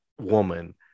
woman